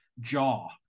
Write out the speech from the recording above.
jaw